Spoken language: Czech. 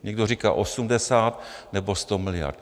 Někdo říká 80 nebo 100 miliard.